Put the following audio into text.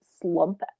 slump